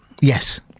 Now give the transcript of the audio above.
Yes